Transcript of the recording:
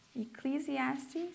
Ecclesiastes